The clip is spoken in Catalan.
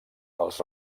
els